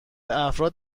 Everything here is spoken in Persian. افراد